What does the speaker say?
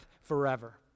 forever